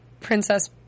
Princess